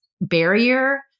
barrier